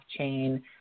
blockchain